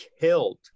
killed